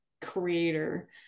creator